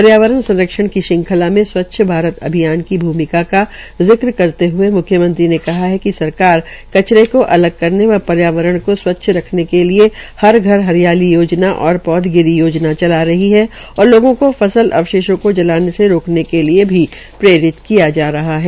पर्यावरण संरक्षण की श्रंखला में स्वच्छ भारत अभियान की भूमिका का जिक्र करते हये म्ख्यमंत्री ने कहा कि सरकार कचरे को अलग करने व पर्यावरण को स्वच्छ रखने के लिये हर घर हरियाली योजना और पौधागिरि योजना चला रही है और लोगों को फसल अवशेषों को जलाने से रोकने के लिये भी प्रेरित किया गया है